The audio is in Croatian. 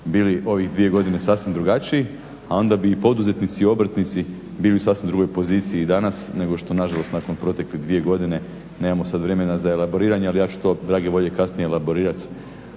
bili ovih dvije godine sasvim drugačiji. Onda bi poduzetnici, obrtnici bili u sasvim drugoj poziciji nego što nažalost nakon protekle dvije godine nemamo sad vremena za elaboriranje ali ja ću to drage volje kasnije elaborirat